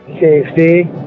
Safety